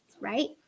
right